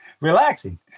relaxing